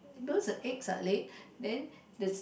because the eggs are lay then the